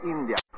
India